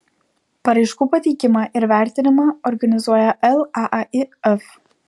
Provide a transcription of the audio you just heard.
paraiškų pateikimą ir vertinimą organizuoja laaif